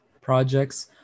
projects